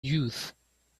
youth